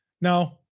Now